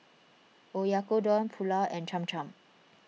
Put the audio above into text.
Oyakodon Pulao and Cham Cham